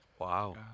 Wow